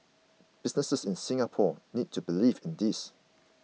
businesses in Singapore need to believe in this